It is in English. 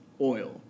oil